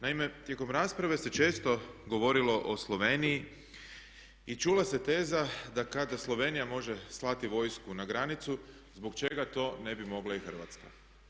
Naime, tijekom rasprave se često govorilo o Sloveniji i čula se teza da kada Slovenija može slati vojsku na granicu zbog čega to ne bi mogla i Hrvatska?